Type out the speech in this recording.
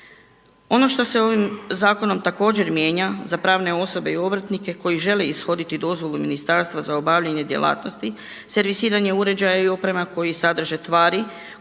Ono što se ovim zakonom također mijenja za pravne osobe i obrtnike koji žele ishoditi dozvolu ministarstva za obavljanje djelatnosti, servisiranja uređaja i oprema koji sadrže tvari